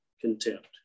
contempt